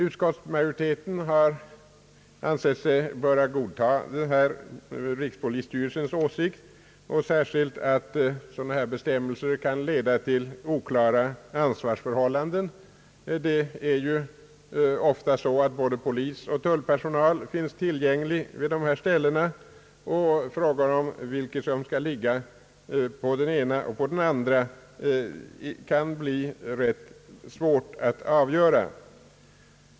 Utskottsmajoriteten har ansett sig böra godta rikspolisstyrelsens åsikt, sär skilt att sådana bestämmelser som dessa kan leda till oklara ansvarsförhållanden. Ofta finns både polisoch tullpersonal tillgänglig vid dessa ställen, och frågor om vad som skall skötas av den ena eller den andra kategorin kan bli rätt svåra att avgöra.